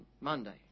Monday